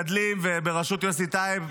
בראשות יוסי טייב,